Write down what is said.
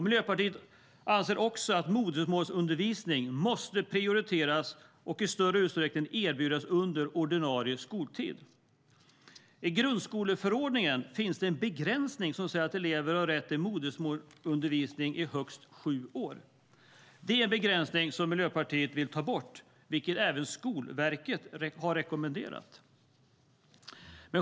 Miljöpartiet anser också att modersmålsundervisning måste prioriteras och i större utsträckning erbjudas under ordinarie skoltid. I grundskoleförordningen finns en begränsning som säger att elever har rätt till modersmålsundervisning i högst sju år. Det är en begränsning som Miljöpartiet vill ta bort, vilket även Skolverket har rekommenderat.